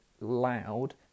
loud